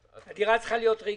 הדירה צריכה להיות ריקה.